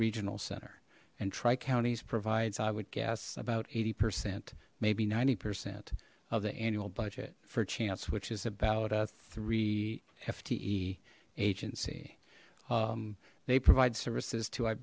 regional center and tri counties provides i would guess about eighty percent maybe ninety percent of the annual budget for chance which is about a three fte agency they provide services to i